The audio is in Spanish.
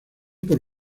por